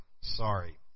Sorry